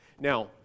now